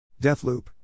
Deathloop